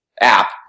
app